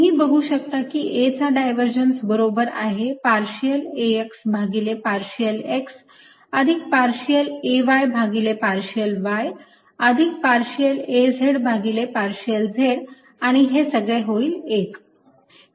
तुम्ही बघू शकता की A चा डायव्हर्जेन्स बरोबर आहे पार्शियल Ax भागिले पार्शियल x अधिक पार्शियल Ay भागिले पार्शियल y अधिक पार्शियल Az भागिले पार्शियल z आणि हे सगळे होईल 1